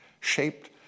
shaped